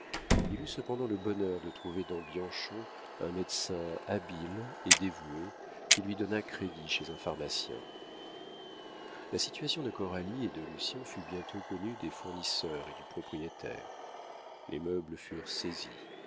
il eut cependant le bonheur de trouver dans bianchon un médecin habile et dévoué qui lui donna crédit chez un pharmacien la situation de coralie et de lucien fut bientôt connue des fournisseurs et du propriétaire les meubles furent saisis